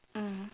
mm